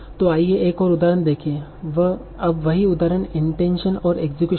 तो आइए एक और उदाहरण देखें अब वही उदाहरण इंटेंशन और इक्सक्यूशन